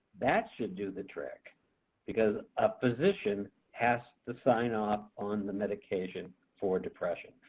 that should do the trick because a physician has to sign off on the medication for depression.